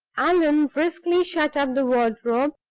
allan briskly shut up the wardrobe,